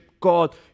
God